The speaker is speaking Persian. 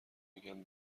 میگم